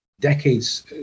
decades